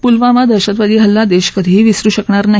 पुलवामा दहशतवादी हल्ला देश कधीही विसरु शकणार नाही